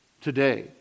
today